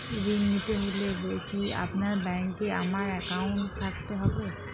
ঋণ নিতে হলে কি আপনার ব্যাংক এ আমার অ্যাকাউন্ট থাকতে হবে?